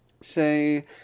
say